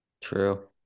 True